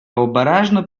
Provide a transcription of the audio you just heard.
обережно